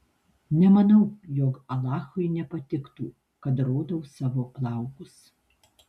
nemanau jog alachui nepatiktų kad rodau savo plaukus